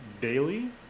daily